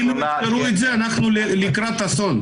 -- אם לא תטפלו בזה, אנחנו לקראת אסון.